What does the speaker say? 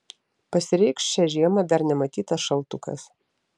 pasireikš šią žiemą dar nematytas šaltukas